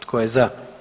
Tko je za?